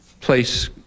place